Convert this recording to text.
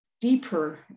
deeper